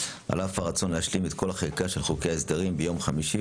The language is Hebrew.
על אף הרצון להשלים את כל החקיקה של חוק ההסדרים ביום חמישי,